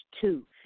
two